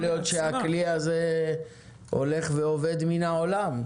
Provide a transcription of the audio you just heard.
להיות שהכלי הזה הולך ואובד מן העולם.